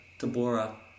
Tabora